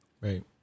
Right